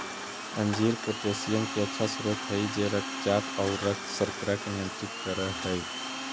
अंजीर पोटेशियम के अच्छा स्रोत हई जे रक्तचाप आउ रक्त शर्करा के नियंत्रित कर हई